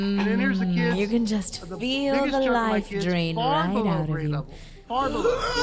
and then there's the kids of the biggest chunk of my kids, far below grade level. far below.